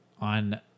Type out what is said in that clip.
on